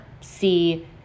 see